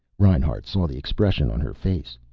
reinhart saw the expression on her face.